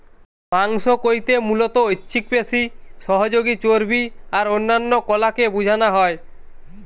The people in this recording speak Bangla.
মাংস কইতে মুলত ঐছিক পেশি, সহযোগী চর্বী আর অন্যান্য কলাকে বুঝানা হয়